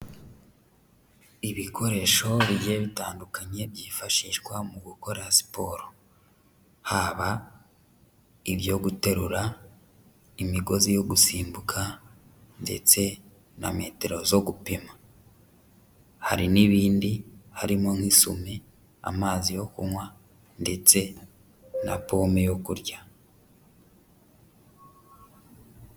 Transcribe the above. Ibikoresho bigiye bitandukanye byifashishwa mu gukora siporo. Haba ibyo guterura, imigozi yo gusimbuka, ndetse na metero zo gupima. Hari n'ibindi harimo nk'isume, amazi yo kunywa, ndetse na pome yo kurya.